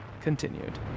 continued